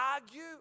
argue